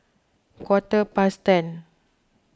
quarter past ten